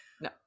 No